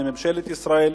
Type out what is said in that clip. לממשלת ישראל.